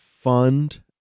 fund